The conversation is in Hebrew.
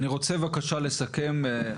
אני רוצה בבקשה לסכם.